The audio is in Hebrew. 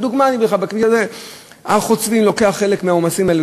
לדוגמה, הר-חוצבים לוקח חלק מהעומסים האלה.